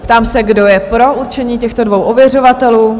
Ptám, se kdo je pro určení těchto dvou ověřovatelů?